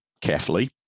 carefully